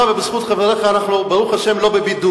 ובזכות חבריך אנחנו, ברוך השם, לא בבידוד.